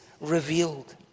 revealed